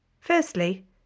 Firstly